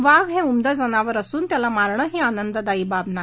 वाघ हे उमदं जनावर असून त्याला मारणं ही आनंददायी बाब नाही